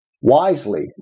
Wisely